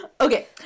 okay